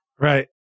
Right